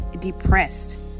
depressed